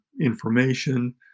information